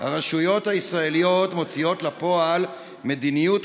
הרשויות הישראליות מוציאות לפועל מדיניויות